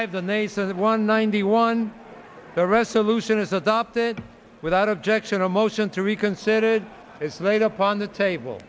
says one ninety one the resolution is adopted without objection a motion to reconsider is laid upon the table